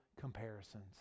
comparisons